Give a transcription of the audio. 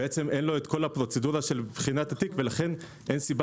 בעצם אין לו את כל הפרוצדורה של בחינת התיק ולכן אין סיבה